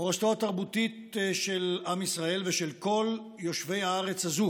המורשת התרבותית של עם ישראל ושל כל יושבי הארץ הזאת